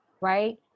right